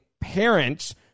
parents